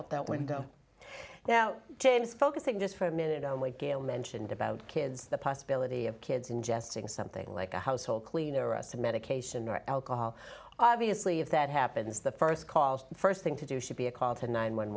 out that window now james focusing just for a minute only gayle mentioned about kids the possibility of kids ingesting something like a household cleaner us of medication or alcohol obviously if that happens the first calls the first thing to do should be a call to nine one